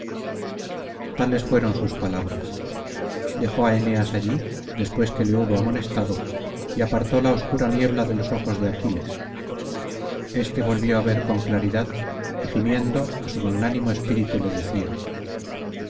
tales fueron sus palabras dejó á eneas allí después que le hubo amonestado y apartó la obscura niebla de los ojos de aquiles este volvió á ver con claridad y gimiendo á su magnánimo espíritu le decía